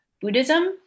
Buddhism